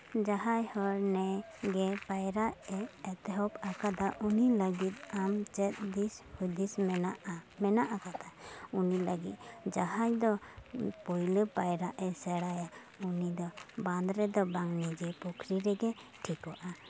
ᱡᱟᱦᱟᱸᱭ ᱦᱚᱲ ᱱᱮᱜᱮ ᱯᱟᱭᱨᱟᱜ ᱮ ᱮᱛᱚᱦᱚᱵ ᱟᱠᱟᱫᱟ ᱩᱱᱤ ᱞᱟᱹᱜᱤᱫ ᱟᱢ ᱪᱮᱫ ᱫᱤᱥ ᱦᱩᱫᱤᱥ ᱢᱮᱱᱟᱜᱼᱟ ᱢᱮᱱᱟᱜ ᱟᱠᱟᱫᱟ ᱩᱱᱤ ᱞᱟᱹᱜᱤᱫ ᱡᱟᱦᱟᱸᱭ ᱫᱚ ᱯᱳᱭᱞᱚ ᱯᱟᱭᱨᱟᱜ ᱮ ᱥᱮᱬᱟᱭᱟ ᱩᱱᱤᱫᱚ ᱵᱟᱸᱫᱷ ᱨᱮᱫᱚ ᱵᱟᱝ ᱱᱤᱡᱮ ᱯᱚᱠᱷᱨᱤ ᱨᱮᱜᱮ ᱴᱷᱤᱠᱚᱜᱼᱟ